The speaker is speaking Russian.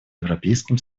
европейским